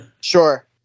Sure